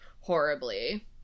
horribly